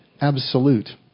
absolute